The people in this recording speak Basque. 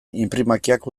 inprimakiak